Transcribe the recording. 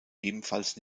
ebenfalls